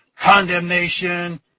condemnation